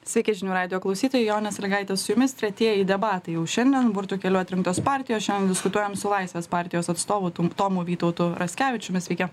sveiki žinių radijo klausytojai jonė stalygaitė su jumis tretieji debatai jau šiandien burtų keliu atrinktos partijos šian diskutuojam su laisvės partijos atstovu tomu vytautu raskevičiumi sveiki